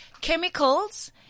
chemicals